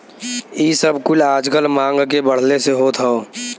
इ सब कुल आजकल मांग के बढ़ले से होत हौ